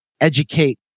educate